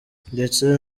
ndetse